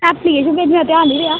application भेजने दा ध्यान नी रेहा